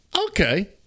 okay